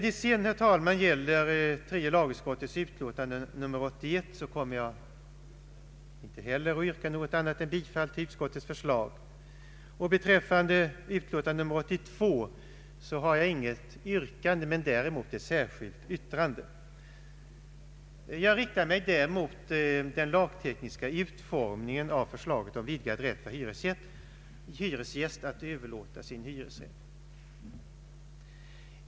Beträffande tredje lagutskottets utlåtande nr 81 har jag inte heller något annat yrkande än om bifall till utskottets förslag. I fråga om tredje lagutskottets utlåtande nr 82 ämnar jag inte ställa något yrkande men har i stället fogat ett särskilt yttrande till utlåtandet. Jag riktar kritik mot den lagtekniska utformningen av förslaget om vidgad rätt för hyresgäst att överlåta sin hyresrätt.